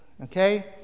okay